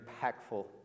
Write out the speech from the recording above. impactful